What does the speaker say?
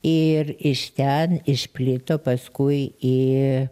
ir iš ten išplito paskui į